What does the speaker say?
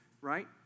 right